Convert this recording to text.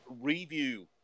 review